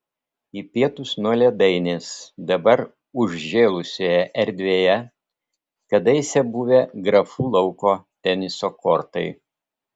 į pietus nuo ledainės dabar užžėlusioje erdvėje kadaise buvę grafų lauko teniso kortai